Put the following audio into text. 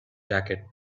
jacket